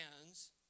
hands